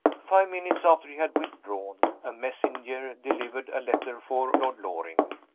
five minutes after he had withdrawn, a messenger delivered a letter for lord loring,